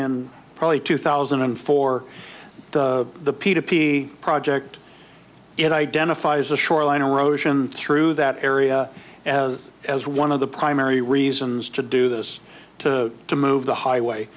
in probably two thousand and four the p d p project it identifies the shoreline erosion through that area as one of the primary reasons to do this to to move the highway